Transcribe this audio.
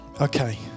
Okay